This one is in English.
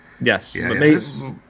Yes